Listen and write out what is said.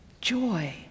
joy